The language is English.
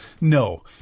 No